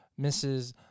Mrs